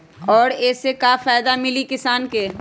और ये से का फायदा मिली किसान के?